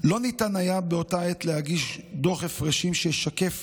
לא ניתן היה באותה עת להגיש דוח הפרשים שישקף